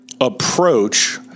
approach